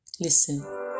Listen